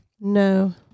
No